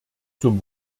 zum